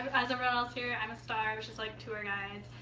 as everyone else here, i'm a star, which is like a tour guide.